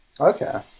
Okay